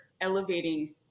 elevating